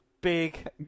big